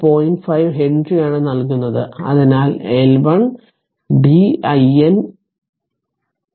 5 ഹെൻറിയാണ് നൽകുന്നത് അതിനാൽ L l din 1 dt